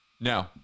No